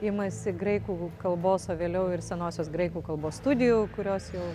imasi graikų kalbos o vėliau ir senosios graikų kalbos studijų kurios jau